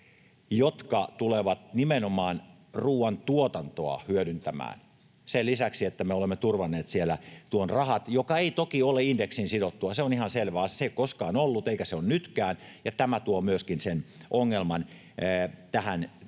jotka tulevat nimenomaan hyödyntämään ruuantuotantoa sen lisäksi, että me olemme turvanneet siellä nuo rahat — joka ei toki ole indeksiin sidottua, se on ihan selvä asia, se ei ole koskaan ollut, eikä se ole nytkään, ja tämä tuo myöskin sen ongelman tähän